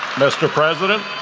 mr. president,